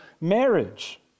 marriage